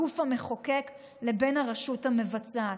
הגוף המחוקק, לבין הרשות המבצעת.